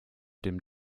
dem